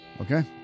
okay